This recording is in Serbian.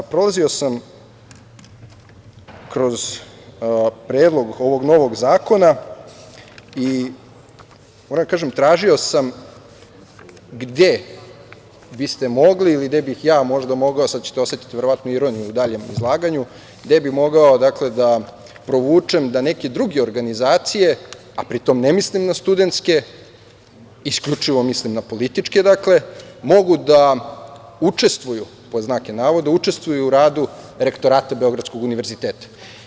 Prolazio sam kroz predlog ovog novog zakona i moram da kažem, tražio sam gde biste mogli ili gde bih ja možda mogao, sad ćete osetiti verovatno ironiju u daljem izlaganju, gde bih mogao da provučem da neke druge organizacije, a pri tom ne mislim na studentske, isključivo mislim na političke, mogu da učestvuju, pod znacima navoda, u radu Rektorata Beogradskog univerziteta.